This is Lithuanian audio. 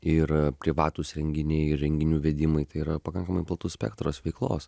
ir privatūs renginiai ir renginių vedimai tai yra pakankamai platus spektras veiklos